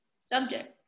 subject